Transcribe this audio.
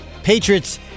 Patriots